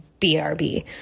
brb